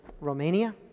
Romania